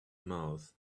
mouth